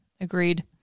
agreed